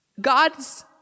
God's